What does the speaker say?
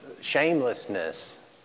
shamelessness